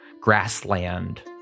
grassland